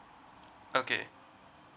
okay